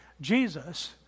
Jesus